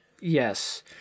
Yes